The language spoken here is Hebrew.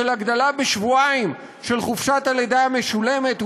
הגדלה בשבועיים של חופשת הלידה המשולמת,